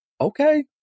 okay